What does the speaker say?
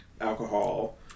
alcohol